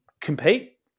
compete